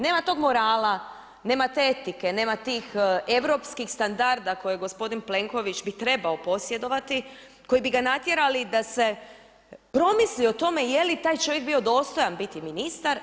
Nema tog morala, nema te etike, nema tih europskih standarda koje bi gospodin Plenković trebao posjedovati koji bi ga natjerali da se promisli o tome je li taj čovjek bio dostojan biti ministar.